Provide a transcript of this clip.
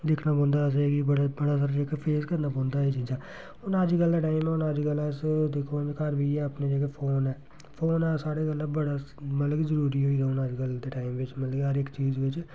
दिक्खना पौंदा असेंगी बड़ा बड़ा किश फेस करना पौंदा एह् चीज़ां हून अज्जकल दा टाइम हून अज्जकल अस दिक्खो हून में घर बेहियै अपना जेह्का फोन ऐ फोन ऐ सारे कोला बड़ा मतलब कि जरूरी होई गेदा हून अज्जकल दे टाइम बिच्च मतलब हर इक चीज़ बिच्च